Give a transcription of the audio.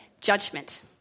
judgment